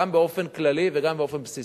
גם באופן כללי וגם באופן בסיסי,